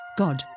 god